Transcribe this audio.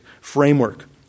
framework